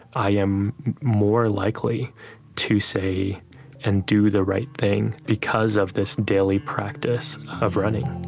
i am more likely to say and do the right thing because of this daily practice of running